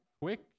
Quick